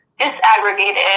disaggregated